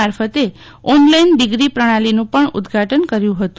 મારફતે online degree પ્રણાલીનું પણ ઉદઘાટન કર્યું હતું